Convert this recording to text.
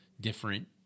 different